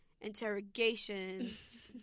interrogations